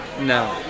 No